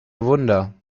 wunder